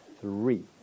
Three